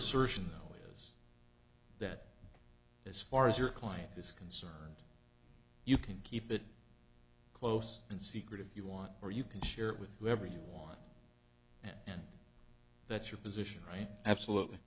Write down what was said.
assertion that as far as your client is concerned you can keep it close and secret if you want or you can share it with whoever you want and that's your position right absolutely